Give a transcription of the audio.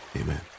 amen